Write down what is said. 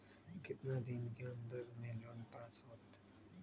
कितना दिन के अन्दर में लोन पास होत?